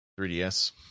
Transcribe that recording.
3DS